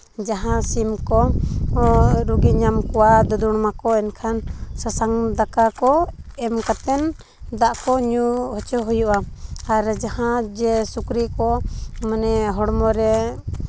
ᱡᱟᱦᱟᱸ ᱥᱤᱢ ᱠᱚ ᱨᱩᱜᱤ ᱧᱟᱢ ᱠᱚᱣᱟ ᱫᱩᱫᱲᱩᱢ ᱟᱠᱚ ᱮᱱᱠᱷᱟᱱ ᱥᱟᱥᱟᱝ ᱫᱟᱠᱟ ᱠᱚ ᱮᱢ ᱠᱟᱛᱮ ᱫᱟᱜ ᱠᱚ ᱧᱩ ᱦᱚᱪᱚ ᱦᱩᱭᱩᱜᱼᱟ ᱟᱨ ᱡᱟᱦᱟᱸ ᱡᱮ ᱥᱩᱠᱨᱤ ᱠᱚ ᱢᱟᱱᱮ ᱦᱚᱲᱢᱚ ᱨᱮ